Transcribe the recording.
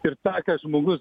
ir tą ką žmogus